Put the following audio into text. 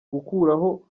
gukuraho